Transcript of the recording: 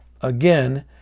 again